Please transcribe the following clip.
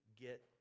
get